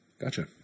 Gotcha